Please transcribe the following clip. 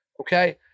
Okay